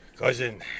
Cousin